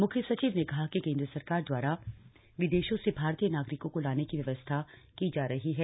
मुख्य सचिव ने कहा कि केंद्र सरकार द्वारा विदेशों से भारतीय नागरिकों को लाने की व्यवस्था की जा रही है